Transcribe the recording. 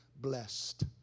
blessed